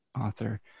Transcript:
author